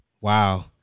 Wow